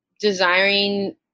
desiring